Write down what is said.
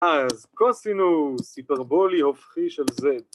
‫אז קוסינוס, ‫היפרבולי הופכי של זה.